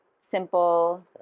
simple